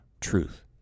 truth